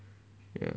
ya